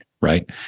right